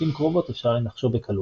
לעיתים קרובות אפשר לנחשו בקלות.